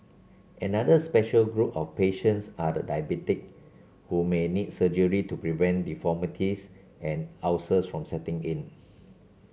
another special group of patients are the diabetic who may need surgery to prevent deformities and ulcers from setting in